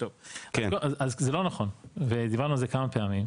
טוב אז זה לא נכון ודיברנו על זה כמה פעמים,